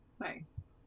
nice